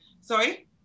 Sorry